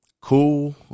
cool